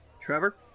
Trevor